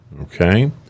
okay